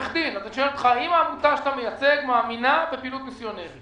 האם העמותה שאתה מייצג מאמינה בפעילות מיסיונרית?